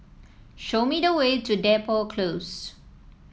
show me the way to Depot Close